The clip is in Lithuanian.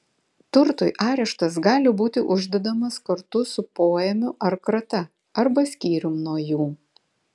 turtui areštas gali būti uždedamas kartu su poėmiu ar krata arba skyrium nuo jų